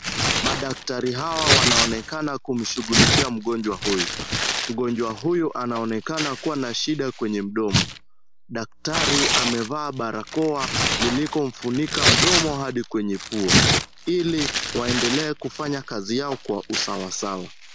Madaktari hawa wanaonekana kumshughulikia mgonjwa huyu. Mgonjwa huyu anaonekana kuwa na shida kwenye mdomo. Daktari amevaa barakoa lililomfunika mdomo hadi kwenye pua, ili waendelee kufanya kazi yao kwa usawasawa.